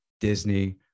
Disney